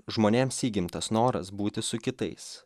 žmonėms įgimtas noras būti su kitais